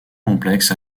complexes